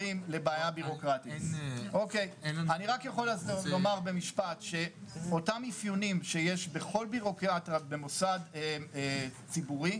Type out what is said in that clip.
אני רק יכול לומר במשפט שאותם אפיונים שיש בכל בירוקרטיה במוסד ציבורי,